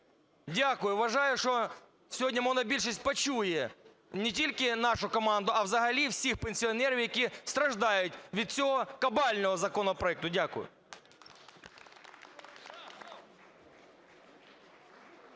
Дякую. Вважаю, що сьогодні монобільшість почує не тільки нашу команду, а взагалі всіх пенсіонерів, які страждають від цього кабального законопроекту. Дякую.